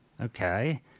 Okay